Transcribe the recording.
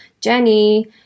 Jenny